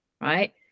right